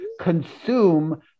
consume